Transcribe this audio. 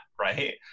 right